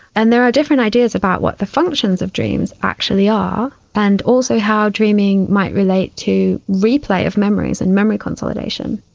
and there are different ideas about what the functions of dreams actually are, and also how dreaming might relate to replay of memories and memory consolidation.